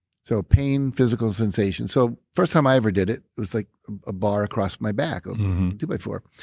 so, pain, physical sensations so first time i ever did it, it was like a bar across my back, a to by four.